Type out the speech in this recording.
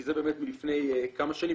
כי זה באמת מלפני כמה שנים,